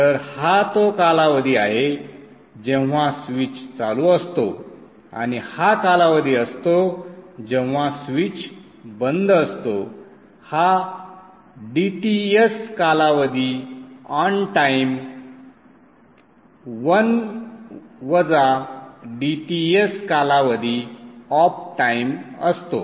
तर हा तो कालावधी आहे जेव्हा स्विच चालू असतो आणि हा कालावधी असतो जेव्हा स्विच बंद असतो हा dTs कालावधी ऑन टाइम 1 वजा dTs कालावधी ऑफ टाइम असतो